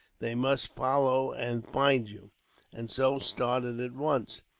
they must follow and find you and so started at once,